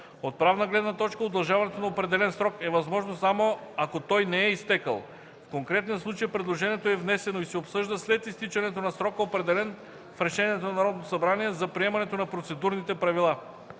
От правна гледна точка удължаването на определен срок е възможно, само ако той не е изтекъл. В конкретния случай предложението е внесено и се обсъжда след изтичането на срока, определен в Решението на Народното събрание за приемането на процедурните правила.